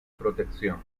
protección